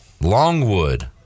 longwood